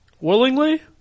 Willingly